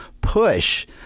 push